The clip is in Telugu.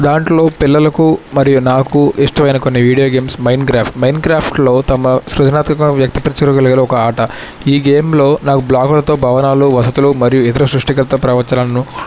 దాంట్లో పిల్లలకు మరియు నాకు ఇష్టమైన కొన్ని వీడియో గేమ్స్ మైండ్ క్రాఫ్ట్ మైండ్ క్రాఫ్ట్లో తమ సృజనాత్మక వ్యక్తపరిచేగల ఒక ఆట ఈ గేమ్లో నాకు బ్లాగులతో భవనాలు వసతులు మరియు ఇతర సృష్టికర్త ప్రవచనాలను